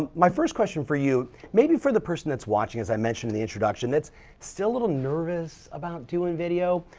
um my first question for you maybe for the person that's watching as i mentioned in the introduction that's still a little nervous about doing video,